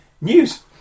news